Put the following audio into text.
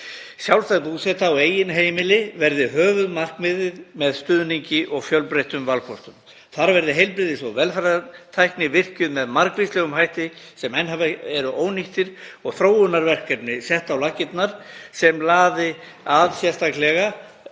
Sjálfstæð búseta á eigin heimili verði höfuðmarkmiðið með stuðningi og fjölbreyttum valkostum. Þar verði heilbrigðis- og velferðartækni virkjuð með margvíslegum leiðum sem enn eru ónýttar, og þróunarverkefni sett á laggirnar sem laði sérstaklega